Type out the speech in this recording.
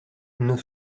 nos